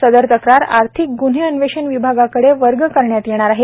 सदर तक्रार आर्थिक गुन्हे अन्वेषण विभागाकडे वर्ग करण्यात येणार आहे